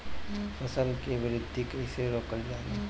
फसल के वृद्धि कइसे रोकल जाला?